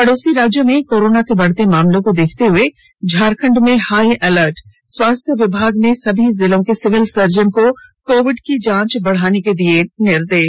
पड़ोसी राज्यों में कोरोना के बढ़ते मामलों को देखते हुए झारखंड में हाई अलर्ट स्वास्थ्य विभाग ने सभी जिलों के सिविल सर्जन को कोविड के जांच बढ़ाने के दिए निर्देश